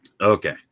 okay